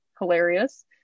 hilarious